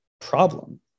problem